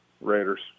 Raiders